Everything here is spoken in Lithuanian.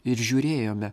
ir žiūrėjome